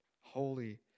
Holy